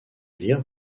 élire